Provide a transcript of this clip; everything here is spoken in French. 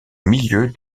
milieu